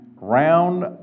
round